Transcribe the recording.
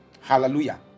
Hallelujah